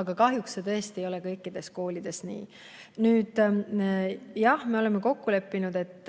Aga kahjuks see tõesti ei ole kõikides koolides nii. Jah, me oleme kokku leppinud, et